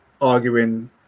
arguing